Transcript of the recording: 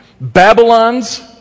Babylon's